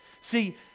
See